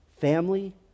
family